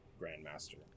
grandmaster